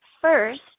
first